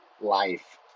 life